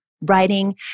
writing